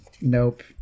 nope